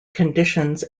conditions